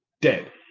dead